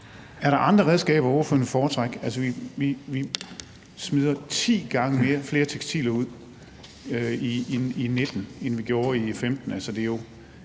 Er der andre redskaber, ordføreren vil foretrække? Altså, vi smider ti gange flere tekstiler ud i 2019, end vi gjorde i 2015.